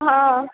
ہاں